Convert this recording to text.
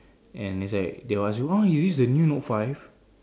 and is like they will ask you !wow! you use the new note-five